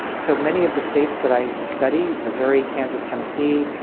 so many of the states that i study, missouri, kansas, tennessee,